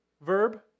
verb